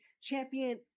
champion